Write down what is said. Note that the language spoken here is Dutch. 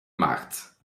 markt